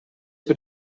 бир